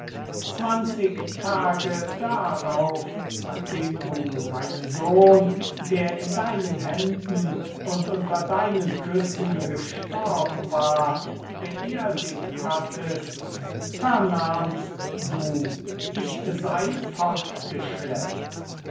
zwanzig tage darauf nachdem du meinen sohn der in deinen händen und unter deinen küssen gestorben war beerdigt hattest vernahmst du ich sei